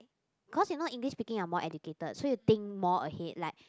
cause you know English speaking are more educated so you think more ahead like